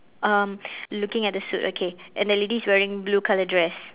um looking at the suit okay and that lady is wearing blue colour dress